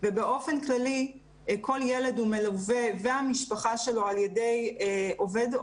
ובאופן כללי כל ילד והמשפחה שלו מלווים על ידי עובד או